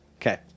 Okay